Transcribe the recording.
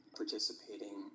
participating